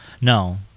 No